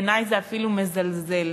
בעיני זה אפילו מזלזל.